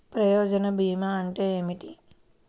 ప్రయోజన భీమా అంటే ఏమిటి?